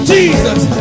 Jesus